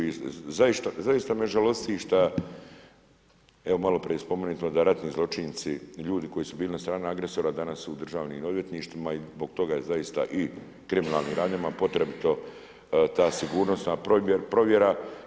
I zaista me žalosti što evo malo prije je spomenuto da ratni zločinci ljudi koji su bili na strani agresora danas su u državnim odvjetništvima i zbog toga je zaista i kriminalnim radnjama potrebito ta sigurnosna provjera.